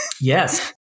Yes